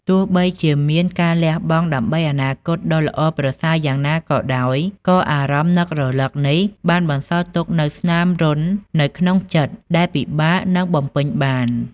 ទោះបីជាមានការលះបង់ដើម្បីអនាគតដ៏ល្អប្រសើរយ៉ាងណាក៏ដោយ ក៏អារម្មណ៍នឹករលឹកនេះបានបន្សល់ទុកនូវស្នាមរន្ធនៅក្នុងចិត្ត ដែលពិបាកនឹងបំពេញបាន។